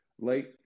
late